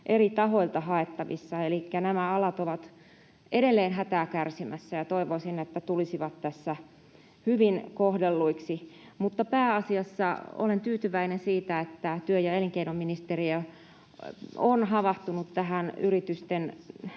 eri tahoilta haettavissa. Elikkä nämä alat ovat edelleen hätää kärsimässä, ja toivoisin, että ne tulisivat tässä hyvin kohdelluiksi. Pääasiassa olen tyytyväinen siitä, että työ- ja elinkeinoministeriö on havahtunut tähän yritysten